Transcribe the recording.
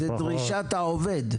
זו דרישת העובד?